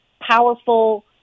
powerful